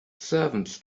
servants